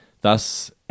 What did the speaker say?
thus